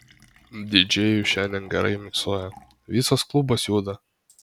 didžėjus šiandien gerai miksuoja visas klubas juda